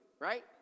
right